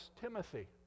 Timothy